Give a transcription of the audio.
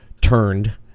turned